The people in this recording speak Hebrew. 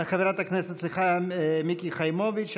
מיקי חיימוביץ.